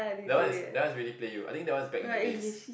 that one is that one is really play you I think that one is back in the days